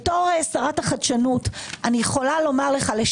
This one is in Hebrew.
בתור שרת החדשנות לשעבר,